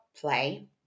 play